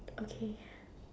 okay